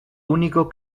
único